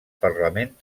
parlament